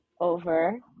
over